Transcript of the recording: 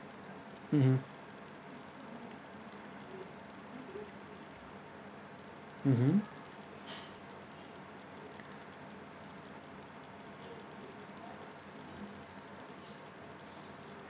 mmhmm mmhmm